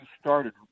started